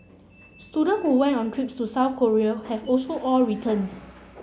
students who went on trips to South Korea have also all returned